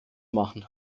machen